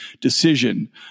decision